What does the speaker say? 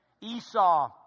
Esau